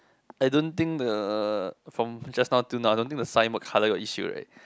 I don't think the from just now till now I don't think the sign what color got issue right